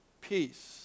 peace